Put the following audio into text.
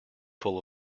full